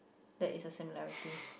that is the similarity